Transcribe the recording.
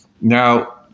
Now